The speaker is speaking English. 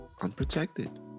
unprotected